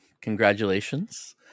congratulations